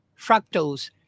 fructose